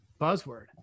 buzzword